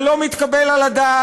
זה לא מתקבל על הדעת,